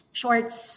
shorts